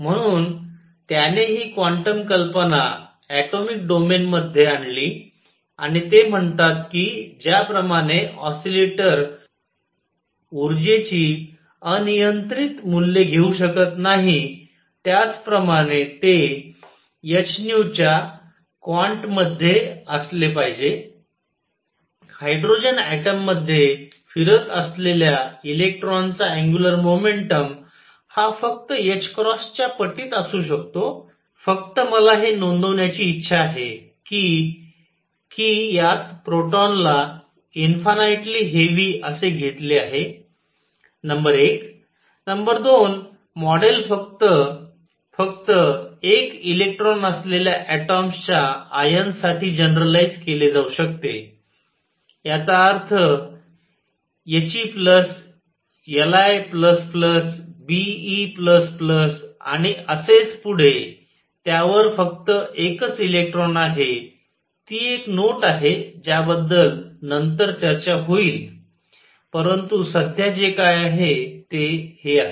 म्हणून त्याने ही क्वांटम कल्पना ऍटॉमिक डोमेन मध्ये आणली आणि ते म्हणतात की ज्याप्रमाणे ऑसीलेटर ऊर्जेची अनियंत्रित मूल्ये घेऊ शकत नाही त्याचप्रमाणे ते h च्या क्वान्ट मध्येच असले पाहिजे हायड्रोजन ऍटममध्ये फिरत असलेल्या इलेक्ट्रॉनचा अंगुलर मोमेंटम हा फक्त च्या पटीत असू शकतो फक्त मला हे नोंदवण्याची इच्छा आहे कि की यात प्रोटॉनला इन्फानाइटली हेवी असे घेतले आहे नंबर 1 नंबर 2 मॉडेल फक्त फक्त एक इलेक्ट्रॉन असलेल्या अटॉम्स च्या आयन्स साठी जनरलाईज्ड केले जाऊ शकते याचा अर्थ He Li Be आणि असेच पुढे त्यावर फक्त एकच इलेक्ट्रॉन आहे ती एक नोट आहे ज्याबद्दल नंतर चर्चा होईल परंतु सध्या जे काय आहे ते हे आहे